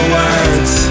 words